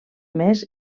més